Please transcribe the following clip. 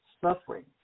suffering